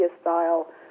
style